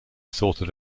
sorted